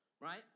right